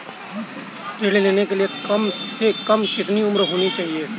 ऋण लेने के लिए कम से कम कितनी उम्र होनी चाहिए?